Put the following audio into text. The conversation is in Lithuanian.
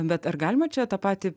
bet ar galima čia tą patį